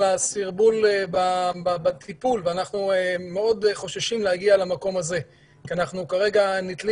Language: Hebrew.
הסרבול בטיפול ואנחנו מאוד חוששים להגיע למקום הזה כי אנחנו כרגע נתלים